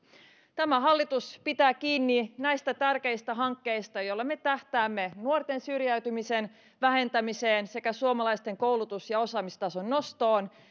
tämä hallitus pitää kiinni näistä tärkeistä hankkeista joilla me tähtäämme nuorten syrjäytymisen vähentämiseen sekä suomalaisten koulutus ja osaamistason nostoon